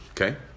Okay